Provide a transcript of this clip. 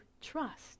trust